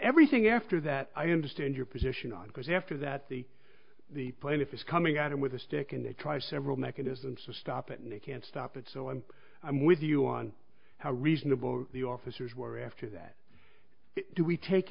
everything after that i understand your position on because after that the the plaintiff is coming at him with a stick and they try several mechanisms to stop it and they can't stop it so i'm with you on how reasonable the officers were after that do we take